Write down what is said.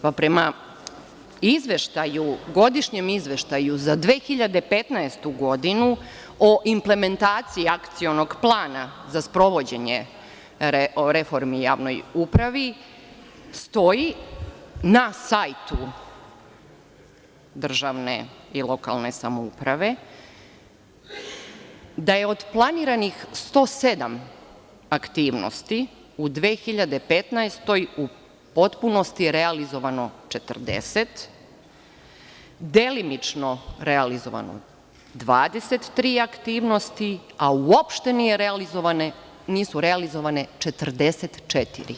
Prema godišnjem izveštaju za 2015. godinu o implementaciji akcionog plana za sprovođenje reformi u javnoj upravi, stoji na sajtu državne i lokalne samouprave, da je od planiranih 107 aktivnosti u 2015. godini, u potpunosti realizovano 40, delimično realizovano 23 aktivnosti, a uopšte nisu realizovane 44.